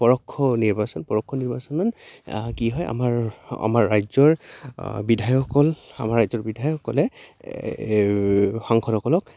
পৰক্ষ নিৰ্বাচন পৰক্ষ নিৰ্বাচনৰ কি হয় আমাৰ আমাৰ ৰাজ্যৰ বিধায়সকল আমাৰ ৰাজ্যৰ বিধায়সকলে সাংসদসকলক